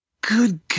good